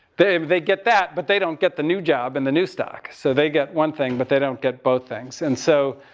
they they get that, but they don't get the new job and the new stock. so they get one thing but they don't get both things. and so,